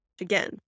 Again